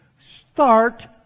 Start